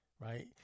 Right